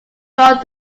both